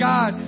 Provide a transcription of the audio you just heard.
God